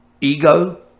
ego